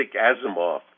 Asimov